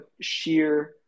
sheer